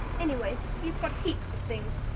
anyways he's got heaps of things.